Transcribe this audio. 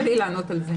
קשה לי לענות על זה.